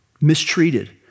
mistreated